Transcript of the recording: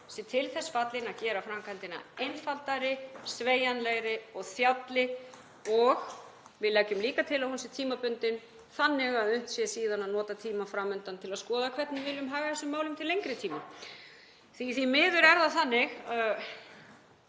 sé til þess fallin að gera framkvæmdina einfaldari, sveigjanlegri og þjálli. Við leggjum líka til að hún sé tímabundin þannig að unnt sé síðan að nota tímann fram undan til að skoða hvernig við viljum haga þessum málum til lengri tíma. Því miður er það þannig,